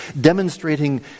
demonstrating